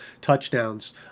touchdowns